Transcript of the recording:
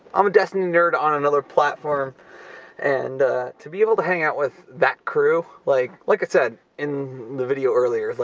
i'm a destiny nerd on another platform and to be able to hang out with that crew, like like i said in the video earlier,